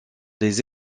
des